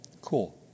Cool